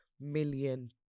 million